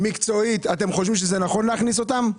מקצועית אתם חושבים שנכון להכניס אותם?